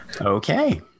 Okay